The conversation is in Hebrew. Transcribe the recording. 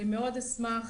היושב-ראש, מאוד אשמח